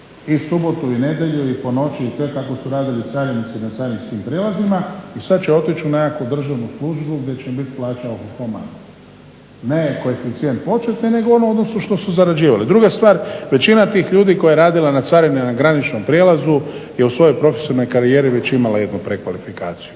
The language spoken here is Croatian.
i subotu i nedjelju i ponoći kako su radili carinici na carinskim prijelazima i sada će otići u nekakvu državnu službu gdje će im biti plaća o ho ho manja. Ne koeficijent početni nego u odnosu što su zarađivali. Druga stvar, većina tih ljudi koja je radila na carini na graničnom prijelazu je u svojoj profesionalnoj karijeri već imala jednu prekvalifikaciju,